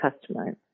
customers